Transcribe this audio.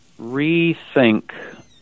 rethink